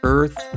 Earth